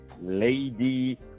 Lady